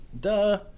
Duh